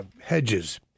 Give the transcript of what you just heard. hedges